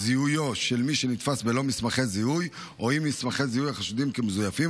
של מי שנתפס ללא מסמכי זיהוי או עם מסמכי זיהוי החשודים כמזויפים,